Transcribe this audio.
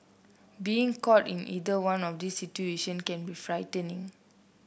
being caught in either one of these situation can be frightening